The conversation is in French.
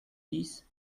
dix